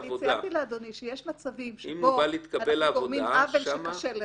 ציירתי לאדוני שיש מצבים שבהם גורמים עוול קקה --- אם הוא בא